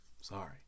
Sorry